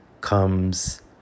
comes